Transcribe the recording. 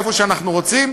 איפה שאנחנו רוצים,